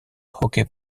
hockey